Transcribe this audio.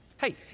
Hey